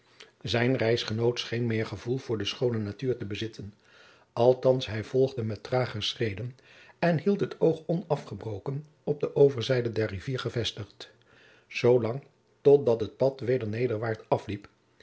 zijn reisgenoot scheen meer gevoel voor de schoone natuur te bezitten althands hij volgde met trager schreden en hield het oog onafgebroken op de jacob van lennep de pleegzoon overzijde der rivier gevestigd zoo lang tot dat het pad weder nederwaart afliep